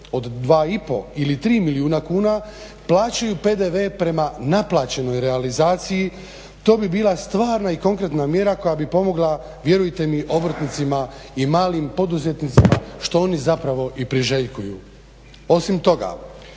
od 2,5 ili 3 milijuna kuna plaćaju PDV prema naplaćenoj realizaciji, to bi bila stvarna i konkretna mjera koja bi pomogla vjerujte mi obrtnicima i malim poduzetnicima što oni zapravo i priželjkuju. Osim toga,